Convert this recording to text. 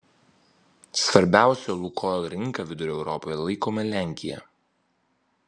svarbiausia lukoil rinka vidurio europoje laikoma lenkija